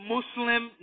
Muslim